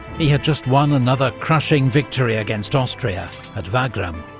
he had just won another crushing victory against austria at wagram,